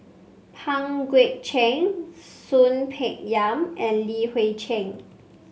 Pang Guek Cheng Soon Peng Yam and Li Hui Cheng